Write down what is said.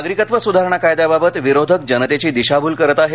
नागरिकत्व सुधारणा कायद्याबाबत विरोधक जनतेची दिशाभूल करत आहेत